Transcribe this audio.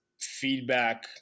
feedback